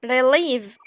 Relieve